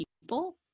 people